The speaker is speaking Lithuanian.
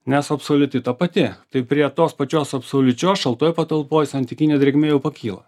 nes absoliuti ta pati tai prie tos pačios absoliučios šaltoj patalpoj santykinė drėgmė jau pakyla